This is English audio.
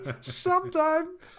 sometime